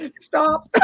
stop